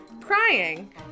crying